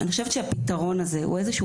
אני חושבת שהפתרון הזה הוא איזה שהוא